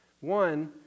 One